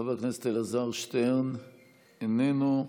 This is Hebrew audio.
חבר הכנסת אלעזר שטרן, איננו.